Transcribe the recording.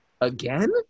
again